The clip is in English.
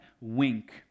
wink